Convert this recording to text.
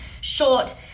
short